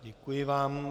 Děkuji vám.